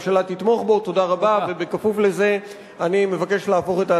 חבר הכנסת דב חנין,